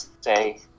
say